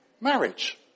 marriage